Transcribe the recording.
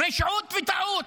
רשעות וטעות.